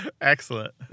Excellent